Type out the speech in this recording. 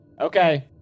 Okay